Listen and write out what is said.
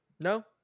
No